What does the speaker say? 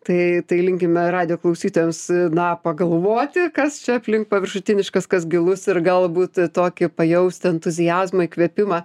tai tai linkime radijo klausytojams na pagalvoti kas čia aplink paviršutiniškas kas gilus ir galbūt tokį pajausti entuziazmą įkvėpimą